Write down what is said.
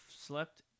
slept